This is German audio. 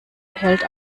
hält